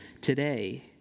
today